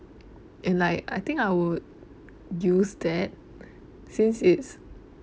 and like I think I would use that since it's